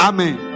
Amen